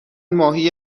ماهی